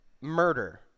murder